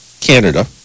Canada